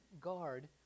guard